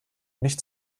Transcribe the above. nicht